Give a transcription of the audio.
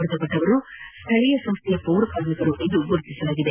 ಮೃತಪಟ್ಲವರು ಸ್ವಳೀಯ ಸಂಸ್ಥೆಯ ಪೌರಕಾರ್ಮಿಕರು ಎಂದು ಗುರುತಿಸಲಾಗಿದೆ